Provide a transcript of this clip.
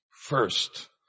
First